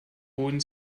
boden